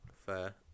Fair